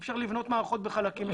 אי אפשר לבנות מערכות בחלקים.